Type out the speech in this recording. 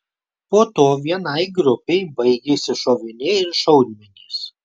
po to vienai grupei baigėsi šoviniai ir šaudmenys